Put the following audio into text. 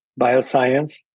Bioscience